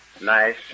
nice